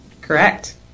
Correct